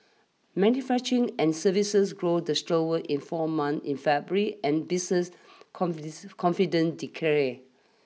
manufacturing and services grew the in four months in February and business confident declare